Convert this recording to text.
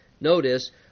notice